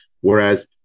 whereas